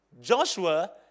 Joshua